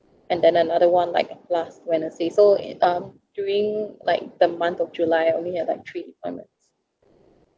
and then another one like last when a seesaw in I'm doing like the month of july only have a treat limits